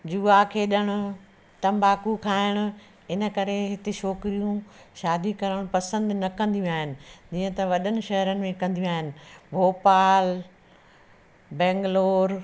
जूआ खेॾण तंबाकू खाइणु हिन करे हिते छोकिरियूं शादी करणु पसंदि न कंदियूं आहिनि जीअं त वॾनि शहरनि में कंदियूं आहिनि भोपाल बैंग्लोर